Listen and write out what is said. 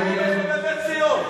זה נאום לחובבי ציון.